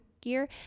gear